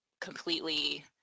completely